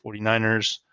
49ers